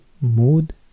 Mood